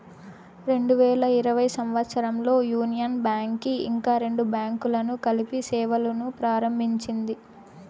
రెండు వేల ఇరవై సంవచ్చరంలో యూనియన్ బ్యాంక్ కి ఇంకా రెండు బ్యాంకులను కలిపి సేవలును ప్రారంభించింది